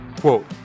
Quote